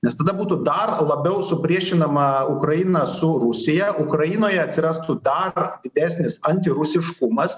nes tada būtų dar labiau supriešinama ukraina su rusija ukrainoje atsirastų dar didesnis antirusiškumas